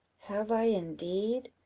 have i indeed?